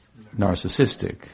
narcissistic